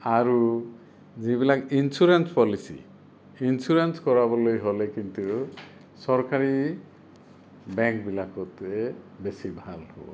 আৰু যিবিলাক insurance policy insurance কৰাবলৈ হ'লে কিন্তু চৰকাৰী বেংকবিলাকতে বেছি ভাল হ'ব